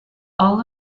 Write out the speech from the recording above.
all